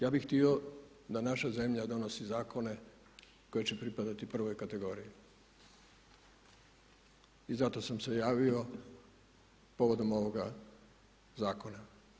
Ja bih htio da naša zemlja donosi zakone koji će pripadati prvoj kategoriji i zato sam se javio povodom ovoga zakona.